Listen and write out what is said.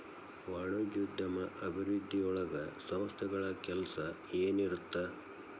ವಾಣಿಜ್ಯೋದ್ಯಮ ಅಭಿವೃದ್ಧಿಯೊಳಗ ಸಂಸ್ಥೆಗಳ ಕೆಲ್ಸ ಏನಿರತ್ತ